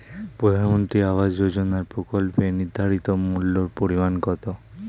প্রধানমন্ত্রী আবাস যোজনার প্রকল্পের নির্ধারিত মূল্যে পরিমাণ কত?